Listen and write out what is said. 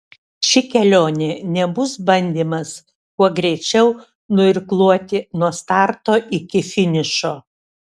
ši kelionė nebus bandymas kuo greičiau nuirkluoti nuo starto iki finišo